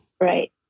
Right